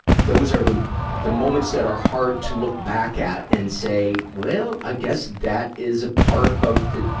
those are the the moments that are hard to look back at and say, well, i guess that is a part of the,